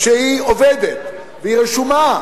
שהיא עובדת, והיא רשומה,